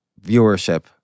viewership